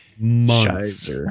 months